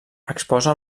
exposa